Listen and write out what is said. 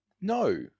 No